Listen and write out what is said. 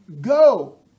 go